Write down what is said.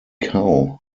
cow